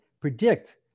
predict